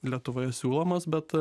lietuvoje siūlomos bet